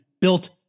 built